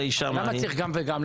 למה צריך גם וגם?